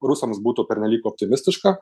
rusams būtų pernelyg optimistiška